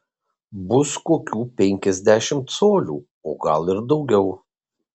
bus kokių penkiasdešimt colių o gal ir daugiau